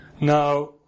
Now